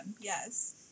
Yes